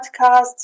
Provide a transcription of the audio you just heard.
podcasts